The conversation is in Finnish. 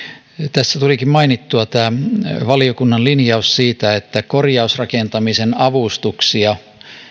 tässä tulikin mainittua valiokunnan linjaus siitä että korjausrakentamisen avustuksia